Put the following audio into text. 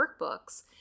workbooks